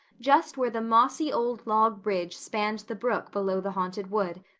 just where the mossy old log bridge spanned the brook below the haunted wood,